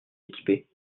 équipée